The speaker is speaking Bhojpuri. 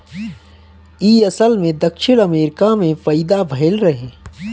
इ असल में दक्षिण अमेरिका में पैदा भइल रहे